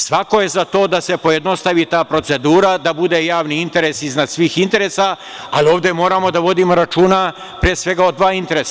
Svako je za to da se pojednostavi ta procedura, da bude javni interes iznad svih interesa, ali ovde moramo da vodimo računa, pre svega, o dva interesa.